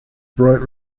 bright